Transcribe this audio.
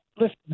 Listen